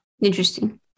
Interesting